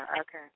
Okay